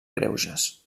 greuges